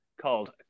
called